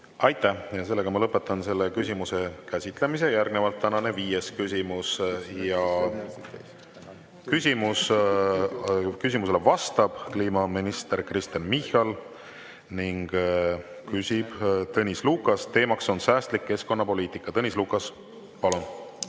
Aitäh! Lõpetan selle küsimuse käsitlemise. Järgnevalt tänane viies küsimus. Küsimusele vastab kliimaminister Kristen Michal ja küsib Tõnis Lukas, teema on säästlik keskkonnapoliitika. Tõnis Lukas, palun!